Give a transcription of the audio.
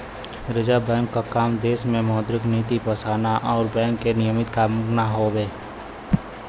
reserve bank क काम देश में मौद्रिक नीति बनाना आउर बैंक के नियमित करना हउवे